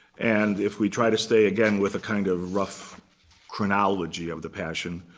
and if we try to stay, again, with a kind of rough chronology of the passion,